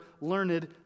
learned